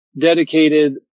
dedicated